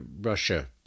Russia